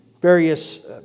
various